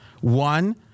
One